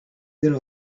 going